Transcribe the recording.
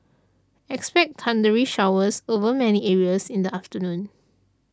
expect thundery showers over many areas in the afternoon